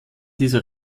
dieser